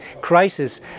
crisis